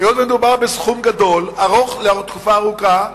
היות שמדובר בסכום גדול, לתקופה ארוכה,